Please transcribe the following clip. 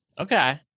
Okay